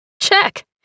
Check